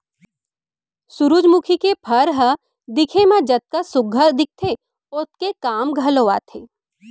सुरूजमुखी के फर ह दिखे म जतका सुग्घर दिखथे ओतके काम घलौ आथे